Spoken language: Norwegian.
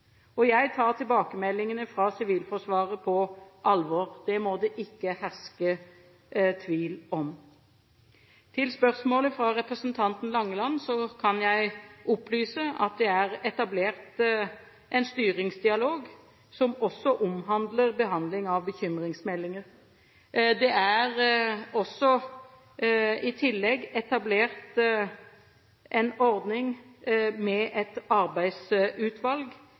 år. Jeg tar tilbakemeldingene fra Sivilforsvaret på alvor. Det må det ikke herske tvil om. Til spørsmålet fra representanten Langeland kan jeg opplyse at det er etablert en styringsdialog som også omhandler behandling av bekymringsmeldinger. Det er i tillegg etablert en ordning med et arbeidsutvalg